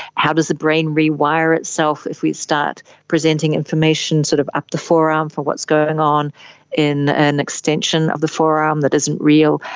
how does the brain rewire itself if we start presenting information sort of up the forearm for what's going on in an extension of the forearm that isn't real?